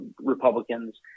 Republicans